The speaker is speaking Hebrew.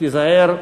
תיזהר,